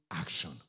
action